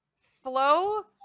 Flow